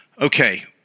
Okay